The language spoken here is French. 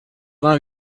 vingt